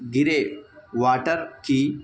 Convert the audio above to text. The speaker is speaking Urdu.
گرے واٹر کی